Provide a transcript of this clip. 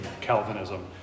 Calvinism